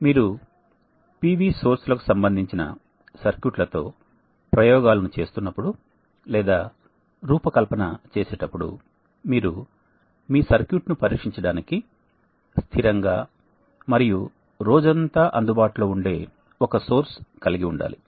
మీరు PV source లకు సంబంధించిన సర్క్యూట్లతో ప్రయోగాలను చేస్తున్నప్పుడు లేదా రూపకల్పన చేసేటప్పుడు మీరు మీ సర్క్యూట్ను పరీక్షించడానికి స్థిరంగా మరియు రోజంతా అందుబాటులో ఉండే ఒక సోర్స్ కలిగి ఉండాలి